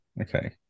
Okay